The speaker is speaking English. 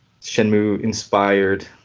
Shenmue-inspired